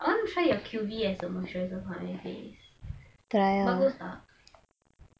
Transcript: I want to try you Q_V moisturiser on my face bagus tak